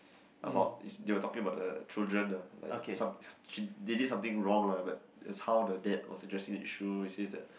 about it's they were talking about the children uh like some she she did something wrong lah but it's how the dad was addressing the issue it says that